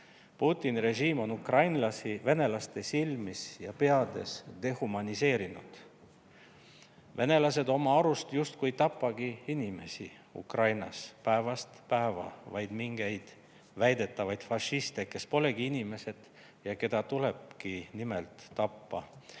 Putini režiim on ukrainlasi venelaste silmis ja peades dehumaniseerinud. Venelased oma arust justkui ei tapagi Ukrainas päevast päeva inimesi, vaid mingeid väidetavaid fašiste, kes polegi inimesed ja keda tulebki nimelt tappa,